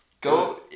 Go